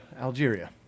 Algeria